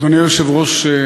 אדוני היושב-ראש,